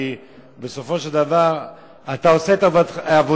כי בסופו של דבר אתה עושה את עבודתך